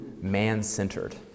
man-centered